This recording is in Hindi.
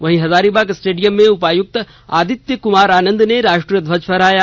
वहीं हजारीबाग स्टेडियम में उपायुक्त आदित्य कुमार आनंद ने राष्ट्रीय ध्वज फहराया